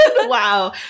Wow